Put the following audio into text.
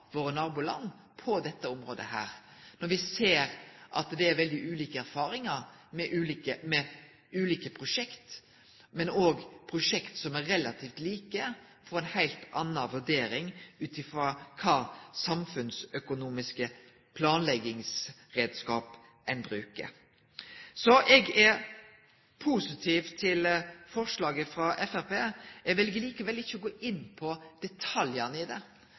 på dette området, når me ser at det er veldig ulike erfaringar med ulike prosjekt, men òg at prosjekt som er relativt like, får ei heilt anna vurdering ut frå kva samfunnsøkonomiske planleggingsreiskapar ein bruker. Eg er positiv til forslaget frå Framstegspartiet. Eg vel likevel ikkje å gå inn på detaljane i det.